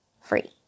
free